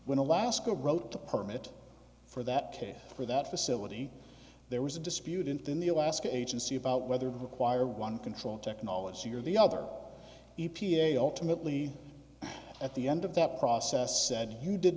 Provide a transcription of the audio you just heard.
when alaska wrote the permit for that case for that facility there was a dispute in the alaska agency about whether require one control technology or the other e p a ultimately at the end of that process said you did